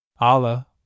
Allah